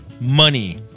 Money